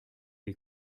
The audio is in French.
les